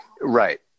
right